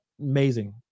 Amazing